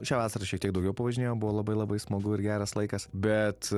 šią vasarą šiek tiek daugiau pavažinėjau buvo labai labai smagu ir geras laikas bet